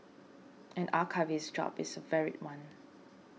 an archivist's job is a varied one